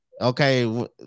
Okay